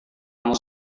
kamu